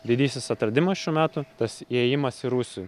didysis atradimas šių metų tas įėjimas į rūsį